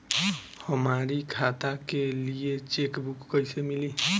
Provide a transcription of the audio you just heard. हमरी खाता के लिए चेकबुक कईसे मिली?